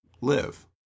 live